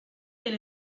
del